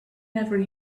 never